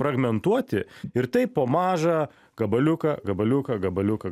fragmentuoti ir taip po mažą gabaliuką gabaliuką gabaliuką